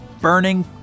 burning